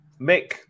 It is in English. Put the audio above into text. Mick